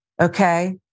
okay